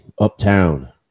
uptown